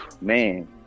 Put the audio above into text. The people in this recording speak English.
man